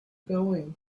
going